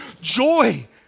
joy